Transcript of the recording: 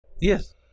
Yes